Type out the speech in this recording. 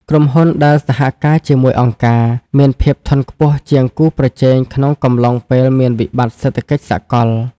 ក្រុមហ៊ុនដែលសហការជាមួយអង្គការ មានភាពធន់ខ្ពស់ជាងគូប្រជែងក្នុងកំឡុងពេលមានវិបត្តិសេដ្ឋកិច្ចសកល។